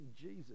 Jesus